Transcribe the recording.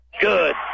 Good